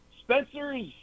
Spencer's